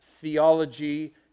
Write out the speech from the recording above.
theology